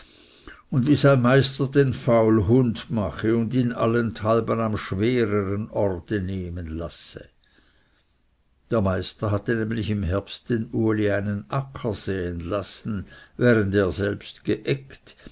und wie sein meister den faulhund mache und ihn allenthalben am schwereren orte nehmen lasse der meister hatte nämlich im herbst den uli einen acker säen lassen während er selbst geeggt